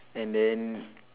and then